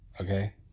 okay